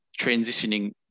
transitioning